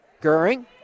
Goering